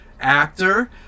actor